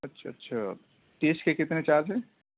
اچھا اچھا تیس کے کتنے چارج ہیں